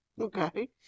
Okay